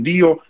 Dio